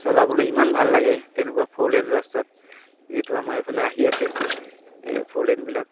চলাবলৈ ইমান ভাল লাগে তেনেকুৱা ফ'ৰ লেন ৰাস্তাত যিহেতু আমাৰ এইফালে আহি আছে এই ফ'ৰ লেন বিলাক